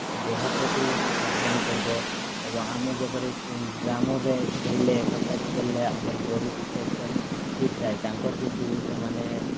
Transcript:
ଦେହ ପ୍ରତି ହାନିକାରିକ ଏବଂ ଆମେ ଯେପରି ଗ୍ରାମରେ ଖେଳିଲେ ଏକ୍ସର୍ସାଇଜ୍ କଲେ ଆମର ବଡ଼ି ସବୁ ପାଇଁ ଫିଟ୍ ଥାଏ ତାଙ୍କର କିନ୍ତୁ ସେମାନେ